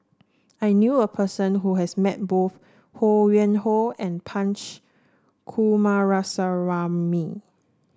I knew a person who has met both Ho Yuen Hoe and Punch Coomaraswamy